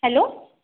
hello